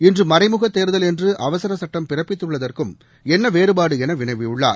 இன்று மறைமுக தேர்தல் என்று அவசர சட்டம் பிறப்பித்துள்ளதற்கும் என்ன வேறுபாடு என்று வினவியுள்ளார்